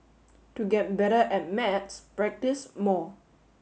to get better at maths practise more